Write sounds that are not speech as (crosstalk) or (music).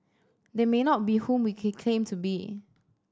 they may not be whom we (unintelligible) claim to be